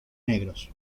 negros